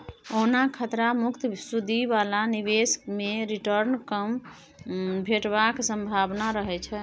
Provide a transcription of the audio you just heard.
ओना खतरा मुक्त सुदि बला निबेश मे रिटर्न कम भेटबाक संभाबना रहय छै